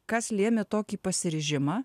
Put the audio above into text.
kas lėmė tokį pasiryžimą